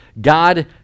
God